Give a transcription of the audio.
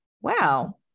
wow